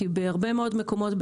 כי בהרבה מאוד מקומות,